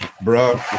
bro